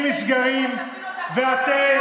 אתם,